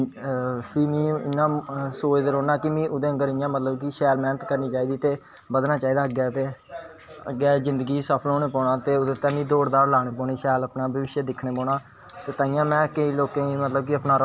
जेह्ड़ी पैंसल होंदी ना उसी कियां दवाइये मारना होला मारना कियां अलग अलग तरे दी शेड देनी ते मतलव शेडां जेह्ड़ी शुरुआत तो पेंटिंग सिक्खी बड़ा अच्छा ऐक्सपिरिंस रेहा में